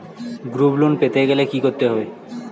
Group loan পেতে গেলে কি করতে হবে?